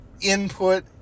input